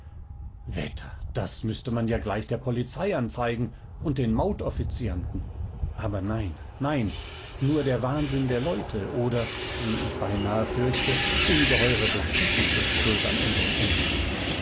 wetter das müßte man ja gleich der polizei anzeigen und den maut offizianten aber nein nein nur der wahnsinn der leute oder wie ich beinahe fürchte ungeheure bestechung ist schuld an unserm unglück